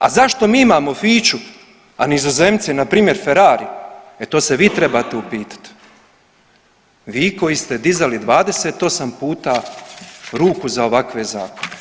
A zašto mi imamo Fiću, a Nizozemci npr. Ferrari, e to se vi trebate upitati, vi koji ste dizali 28 puta ruku za ovakve zakone.